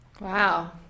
Wow